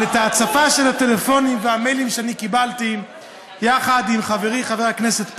אבל את ההצפה של הטלפונים והמיילים שקיבלתי יחד עם חברי חבר הכנסת פרי,